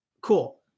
cool